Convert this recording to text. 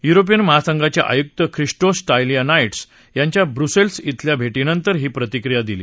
European महासंघाच आयुक ख्रिस स स्त्यिलियानाईड्स यांच्या ब्रुसव्क इथल्या भागंतर ही प्रतिक्रिया दिली